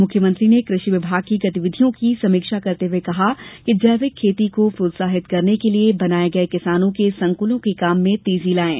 मुख्यमंत्री ने कृषि विभाग की गतिविधियों की समीक्षा करते हुए कहा कि जैविक खेती को प्रोत्साहित करने के लिये बनाये गये किसानों के संकुलों के काम में तेजी लायें